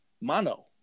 mono